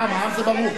העם, העם, זה ברור.